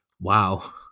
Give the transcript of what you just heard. wow